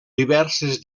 diverses